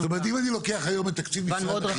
זאת אומרת אם אני לוקח את משרד החינוך,